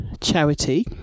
charity